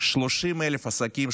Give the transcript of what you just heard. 30,000 עסקים,